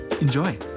Enjoy